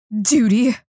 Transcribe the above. Duty